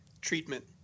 treatment